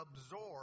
absorb